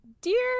Dear